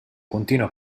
continua